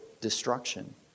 destruction